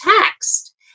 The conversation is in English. text